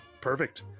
perfect